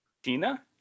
Tina